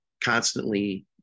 constantly